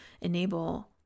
enable